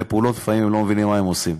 פעולות לפעמים לא מבינים מה הם עושים.